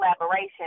collaboration